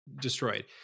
destroyed